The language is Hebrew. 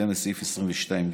בהתאם לסעיף 22(ג)